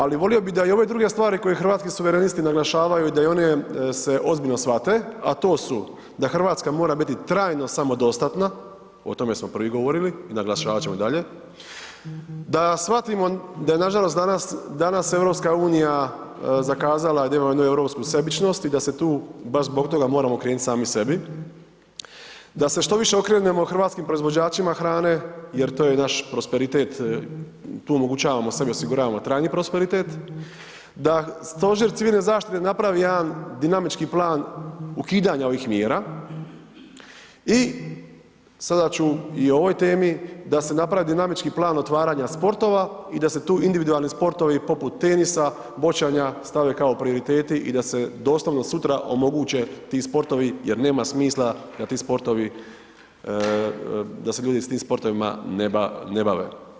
Ali, volio bih da i ove druge stvari koje Hrvatski suverenisti naglašavaju, da i one se ozbiljno shvate, a to su, da Hrvatska mora biti trajno samodostatna, o tome smo prvi govorili i naglašavat ćemo dalje, da shvatimo da je nažalost danas EU zakazala i da imamo jednu europsku sebičnost i da se tu baš zbog toga moramo okrenuti sami sebi, da se što više okrenemo hrvatskim proizvođačima hrane jer tu je naš prosperitet, tu omogućavamo, sebi osiguravamo trajni prosperitet, da Stožer civilne zaštite napravi jedan dinamički plan ukidanja ovih mjera i sada ću i o ovoj temi, da se napravi dinamički plan otvaranja sportova i da se tu individualni sportovi poput tenisa, bočanja, stave kao prioriteti i da se doslovno od sutra omoguće ti sportovi jer nema smisla da se ti sportovi, da se ljudi s tim sportovima ne bave.